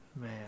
Man